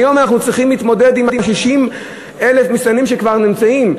היום אנחנו צריכים להתמודד עם 60,000 המסתננים שכבר נמצאים.